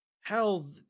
Hell